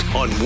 on